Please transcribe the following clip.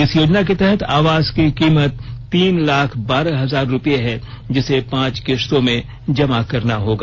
इस योजना के तहत आवास की कीमत तीन लाख बारह हजार रुपए है जिसे पांच किस्तों में जमा करना होगा